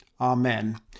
Amen